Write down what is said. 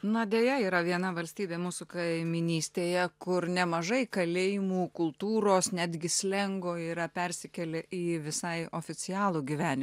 na deja yra viena valstybė mūsų kaimynystėje kur nemažai kalėjimų kultūros netgi slengo yra persikelia į visai oficialų gyvenimą